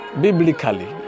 biblically